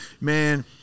man